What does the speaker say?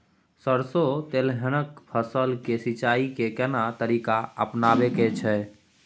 सरसो तेलहनक फसल के सिंचाई में केना तरीका अपनाबे के छै?